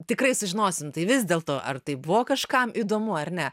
tikrai sužinosim tai vis dėl to ar tai buvo kažkam įdomu ar ne